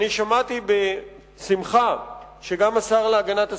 שמעתי בשמחה שגם השר להגנת הסביבה,